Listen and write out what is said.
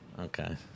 Okay